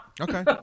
Okay